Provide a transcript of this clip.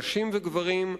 נשים וגברים,